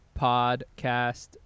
podcast